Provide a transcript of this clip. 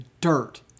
dirt